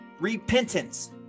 repentance